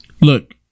Look